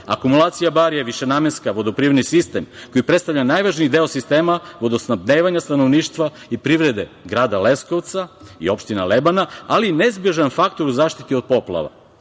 Leskovca. Akumulacija „Barije“ je višenamenski vodoprivredni sistem koji predstavlja najvažniji deo sistema vodosnabdevanja stanovništva i privrede grada Leskovca i opština Lebane, ali i neizbežan faktor u zaštiti od poplava,